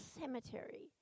cemetery